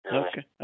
okay